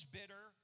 bitter